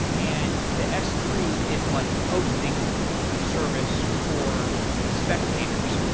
and the s three is like a hosting service for spectators.